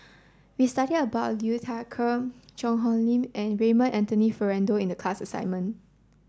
we studied about Liu Thai Ker Cheang Hong Lim and Raymond Anthony Fernando in the class assignment